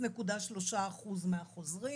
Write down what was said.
0.3% מהחוזרים.